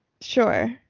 Sure